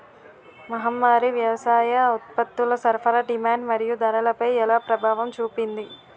మహమ్మారి వ్యవసాయ ఉత్పత్తుల సరఫరా డిమాండ్ మరియు ధరలపై ఎలా ప్రభావం చూపింది?